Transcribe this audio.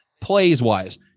plays-wise